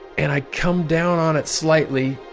and i come down on it slightly.